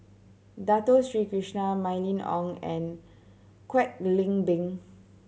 Dato Sri Krishna Mylene Ong and Kwek Leng Beng